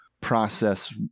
process